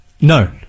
No